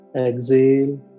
Exhale